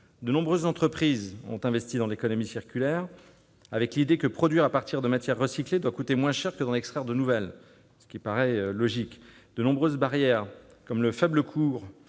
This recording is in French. De nombreuses entreprises ont investi dans l'économie circulaire avec l'idée que produire à partir de matières recyclées doit coûter moins cher que d'en extraire de nouvelles, ce qui paraît logique. De nombreuses barrières, comme le faible cours